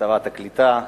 שרת הקליטה,